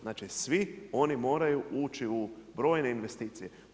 Znači svi oni moraju ući u brojne investicije.